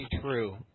true